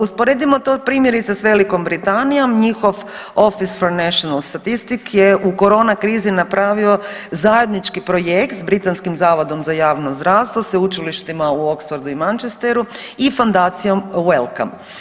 Usporedimo to primjerice s Velikom Britanijom, njihov Office for National Statistic je u korona krizi napravio zajednički projekt s britanskim zavodom za javno zdravstvo, sveučilištima u Oxfordu i Manchesteru i Fondacijom Wellco.